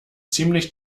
ziemlich